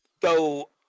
go